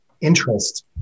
interest